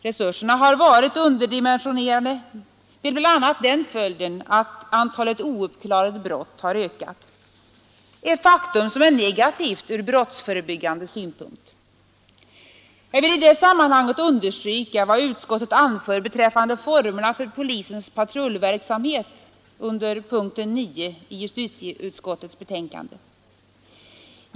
Resurserna har varit underdimensionerade, bl.a. med den följden att antalet ouppklarade brott har ökat — ett faktum som är negativt från brottsförebyggande synpunkt. Jag vill i det sammanhanget understryka vad justitieutskottet under punkten 9 i sitt betänkande anför beträffande formerna för polisens patrullverksamhet.